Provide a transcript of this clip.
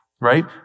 right